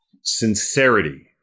sincerity